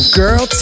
girl